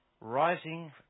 rising